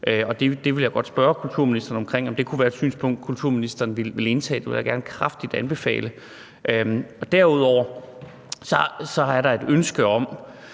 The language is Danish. det vil jeg godt spørge kulturministeren om, altså om det kunne være et synspunkt, som kulturministeren ville indtage. Det vil jeg gerne kraftigt anbefale at man gør. Derudover er der fra et